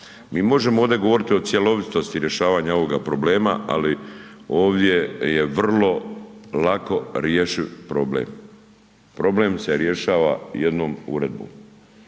Mi možemo ovdje govoriti o cjelovitosti rješavanja ovoga problema, ali ovdje je vrlo lako rješiv problem. Problem se rješava jednom uredbom.